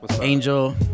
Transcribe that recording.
Angel